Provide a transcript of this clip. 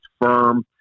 firm